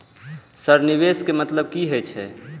Sir निवेश के मतलब की हे छे?